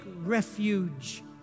refuge